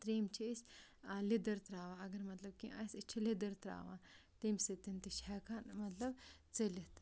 ترٛیٚیِم چھِ أسۍ لیٚدٕر ترٛاوان اگر مطلب کینٛہہ آسہِ أسۍ چھِ لِدٕر ترٛاوان تَمہِ سۭتۍ چھِ ہٮ۪کان مطلب ژٔلِتھ